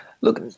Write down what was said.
Look